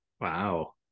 Wow